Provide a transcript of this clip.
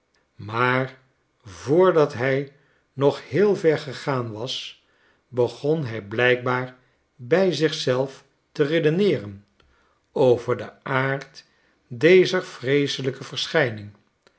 maar voordat hij nog heel ver gegaan was begon hij blijkbaar bij zichzelfte redeneeren over den aard dezer vreeselijke verschijning